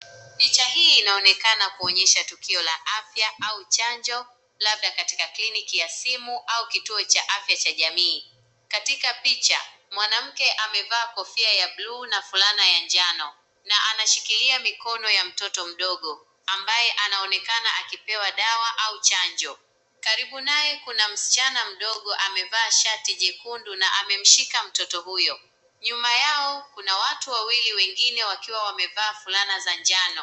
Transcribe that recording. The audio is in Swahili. Picha hii inaonekana kuonyesha tukio la afya au chanjo labda katika kliniki ya simu au kituo cha afya cha jamii. Katika picha mwanamke amevaa kofia ya buluu na fulana ya njano na anashikilia fulana ya mtoto mdogo ambaye anaonekana akipewa dawa au chanjo. Karibu naye kuna msichana mdogo amevaa shati jekundu na amemshika mtoto huyo. Nyuma yao kuna watu wawili wengine wakiwa wamevaa fulana za njano.